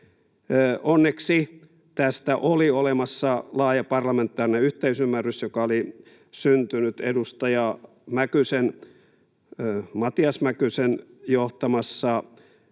Onneksi tästä oli olemassa laaja parlamentaarinen yhteisymmärrys, joka oli syntynyt edustaja Matias Mäkysen johtamassa